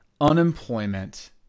unemployment –